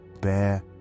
bear